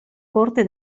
corte